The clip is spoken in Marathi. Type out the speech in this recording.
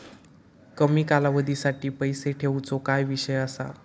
कमी कालावधीसाठी पैसे ठेऊचो काय विषय असा?